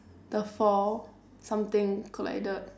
the fall something collided